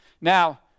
Now